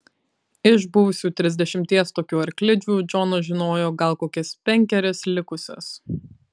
iš buvusių trisdešimties tokių arklidžių džonas žinojo gal kokias penkerias likusias